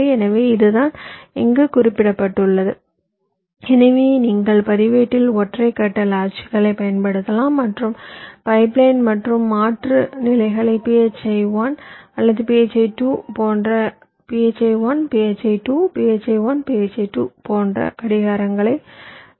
எனவே இதுதான் இங்கு குறிப்பிடப்பட்டுள்ளது எனவே நீங்கள் பதிவேட்டில் ஒற்றை கட்ட பயன்படுத்தலாம் மற்றும் பைப்லைன் மற்றும் மாற்று நிலைகளை phi 1 அல்லது phi 2 போன்ற phi 1 phi 2 phi 1 phi 2 போன்ற கடிகாரங்கள் செய்யலாம்